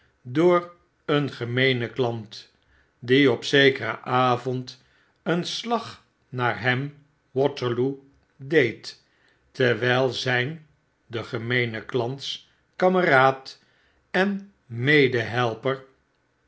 door een gemeenen klant die op zekeren avond een slag naar hem waterloo deed terwyl zjjn de gemeene klant's kameraad en